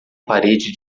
parede